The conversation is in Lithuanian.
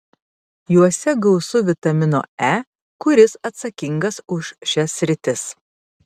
juose gausu vitamino e kuris atsakingas už šias sritis